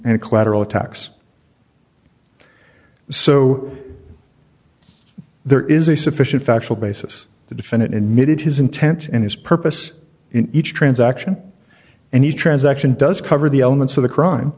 and collateral attacks so there is a sufficient factual basis to defend it and made it his intent and his purpose in each transaction and each transaction does cover the elements of the crime